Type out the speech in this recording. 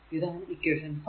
ഇതാണ് ഇക്വേഷൻ 5